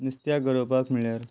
नुस्त्याक गरोवपाक म्हणल्यार